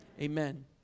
Amen